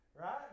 Right